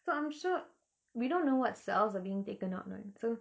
so I'm sure we don't know what cells are being taken out what so